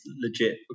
legit